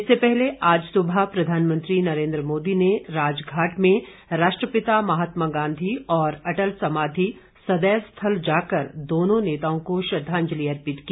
इससे पहले आज सुबह प्रधानमंत्री नरेन्द्र मोदी ने राजघाट जाकर राष्ट्रपिता महात्मा गांधी और अटल स्माधि सदैव स्थल जाकर दोनों नेताओं को श्रद्वांजलि अर्पित की